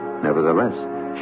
Nevertheless